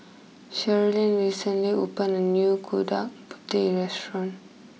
Shirlene recently opened a new Putih restaurant